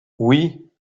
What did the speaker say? oui